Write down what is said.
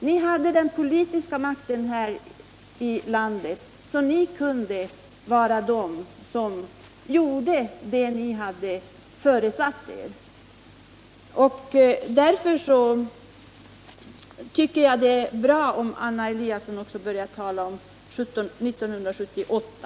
Ni hade den politiska makten i landet och kunde ha genomfört vad ni hade föresatt er. Därför tycker jag att det är bra om Anna Eliasson också börjar tala om 1978.